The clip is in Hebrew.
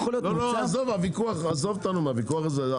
עזוב אותנו מהוויכוח הזה.